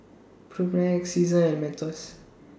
Propnex Seasons and Mentos